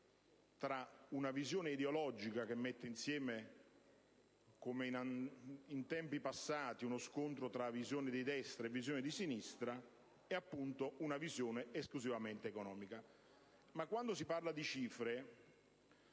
tra una visione ideologica che mette insieme, come in tempi passati, uno scontro tra visione di destra e di sinistra e, appunto, una visione esclusivamente economica. Quando si parla di cifre,